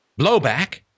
blowback